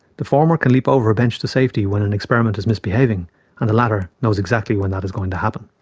the former can leap over a bench to safety when an experiment is misbehaving and the latter know exactly when that is going to happen.